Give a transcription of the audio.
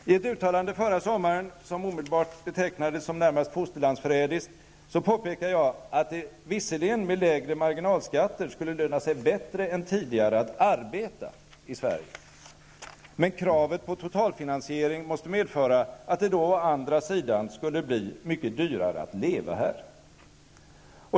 I ett uttalande förra sommaren, som omedelbart betecknades som närmast fosterlandsförrädiskt, påpekade jag att det visserligen med lägre marginalskatter skulle löna sig bättre än tidigare att arbeta i Sverige men att kravet på totalfinansiering måste medföra att det å andra sidan skulle bli mycket dyrare att leva här.